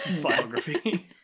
biography